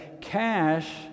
cash